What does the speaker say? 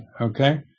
okay